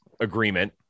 agreement